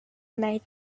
night